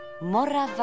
Morava